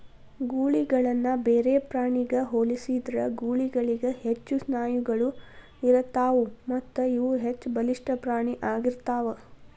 ಗೂಳಿಗಳನ್ನ ಬೇರೆ ಪ್ರಾಣಿಗ ಹೋಲಿಸಿದ್ರ ಗೂಳಿಗಳಿಗ ಹೆಚ್ಚು ಸ್ನಾಯುಗಳು ಇರತ್ತಾವು ಮತ್ತಇವು ಹೆಚ್ಚಬಲಿಷ್ಠ ಪ್ರಾಣಿ ಆಗಿರ್ತಾವ